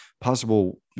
possible